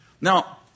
Now